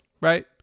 Right